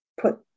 put